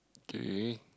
K